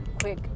quick